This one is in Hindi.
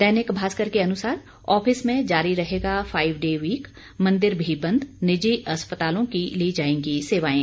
दैनिक भास्कर के अनुसार ऑफिस में जारी रहेगा फाइव डे वीक मंदिर भी बंद निजी अस्पतालों की ली जाएगी सेवाएं